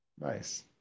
nice